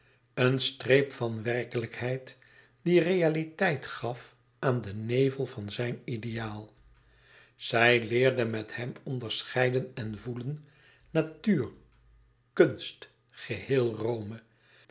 een streep van werkelijkheid die realiteit gaf aan den nevel van zijn ideaal zij leerde met hem zien zij leerde met hem onderscheiden en voelen natuur kunst gehéel rome